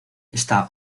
está